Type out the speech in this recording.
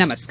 नमस्कार